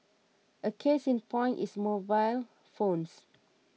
a case in point is mobile phones